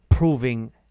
Proving